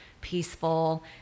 peaceful